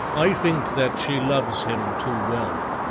i think that she loves him too well.